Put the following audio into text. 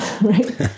right